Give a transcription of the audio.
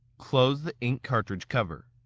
close the ink cartridge cover.